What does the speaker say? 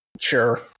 sure